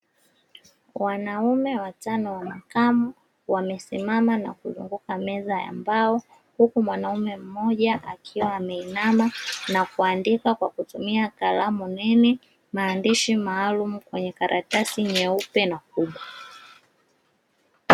Wanaume watano wa makamu wamesimama na kuzunguka meza ya mbao, huku mwanaume mmoja akiwa ameinama na kuandika kwa kutumia kalamu nene maandishi maalumu kwenye karatasi nyeupe kubwa.